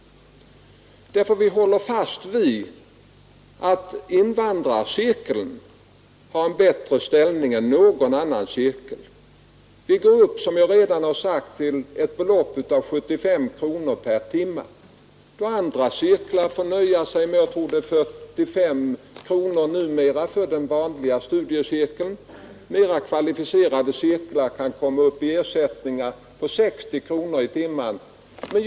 Vi håller fast vid att invandrarcirkeln har en bättre ställning än någon annan cirkel. Som jag redan har sagt går vi upp till ett belopp av 75 kronor per timme, då vanliga studiecirklar numera får nöja sig med 45 kronor och mera kvalificerade cirklar kan komma upp i ersättningar på 60 kronor i timmen.